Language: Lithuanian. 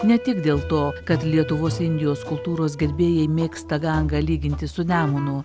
ne tik dėl to kad lietuvos indijos kultūros gerbėjai mėgsta gangą lyginti su nemunu